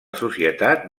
societat